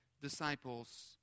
disciples